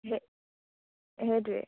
সেই সেইটোৱেই